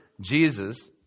Jesus